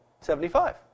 Seventy-five